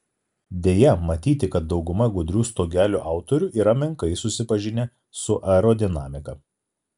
deja matyti kad dauguma gudrių stogelių autorių yra menkai susipažinę su aerodinamika